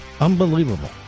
Unbelievable